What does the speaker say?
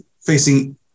facing